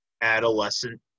adolescent